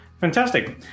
Fantastic